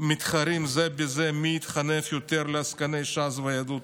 מתחרים זה בזה מי יתחנף יותר לעסקני ש"ס ויהדות